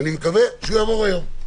ואני מקווה שהוא יעבור היום.